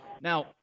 Now